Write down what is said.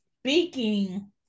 speaking